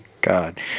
God